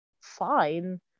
fine